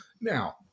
Now